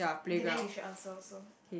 okay then you should answer also